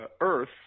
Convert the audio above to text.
Earth